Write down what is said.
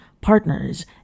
partners